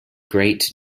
great